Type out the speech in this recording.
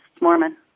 Mormon